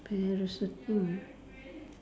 parachuting